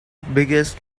biggest